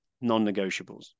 non-negotiables